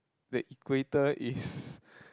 the Equator is